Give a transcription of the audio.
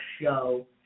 show